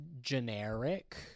generic